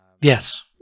Yes